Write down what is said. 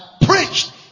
preached